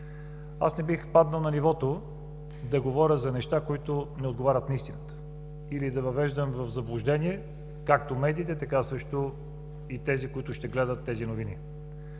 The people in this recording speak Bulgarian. Аз не бих паднал на нивото да говоря за неща, които не отговарят на истината, или да въвеждам в заблуждение както медиите, така също и тези, които ще гледат тези новини.